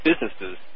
businesses